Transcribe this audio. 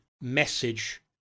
message